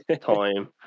time